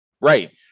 Right